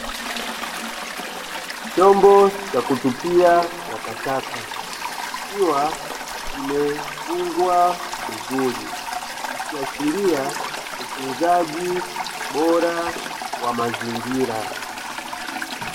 Chombo ya kutupia takataka, kikiwa kimefungwa vizuri. Ikiashiria utunzaji bora wa mazingira.